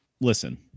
listen